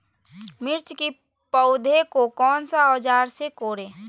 मिर्च की पौधे को कौन सा औजार से कोरे?